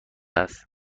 است